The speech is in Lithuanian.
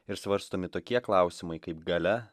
ir svarstomi tokie klausimai kaip galia